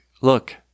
look